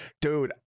Dude